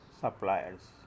suppliers